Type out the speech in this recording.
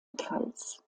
pfalz